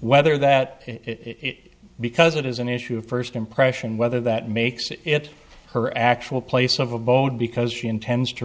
whether that because it is an issue of first impression whether that makes it her actual place of abode because she intends to